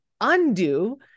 undo